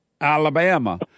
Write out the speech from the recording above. Alabama